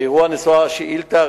באירוע נשוא השאילתא,